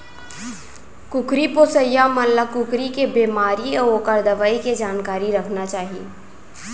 कुकरी पोसइया मन ल कुकरी के बेमारी अउ ओकर दवई के जानकारी रखना चाही